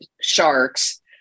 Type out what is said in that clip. sharks